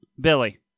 Billy